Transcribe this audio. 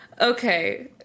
Okay